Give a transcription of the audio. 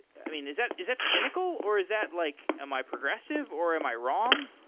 i mean, is that is that cynical or is that like am i progressive or am i wrong?